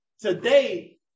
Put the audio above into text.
Today